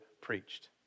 preached